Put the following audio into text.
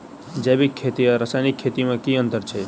जैविक खेती आ रासायनिक खेती मे केँ अंतर छै?